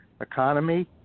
economy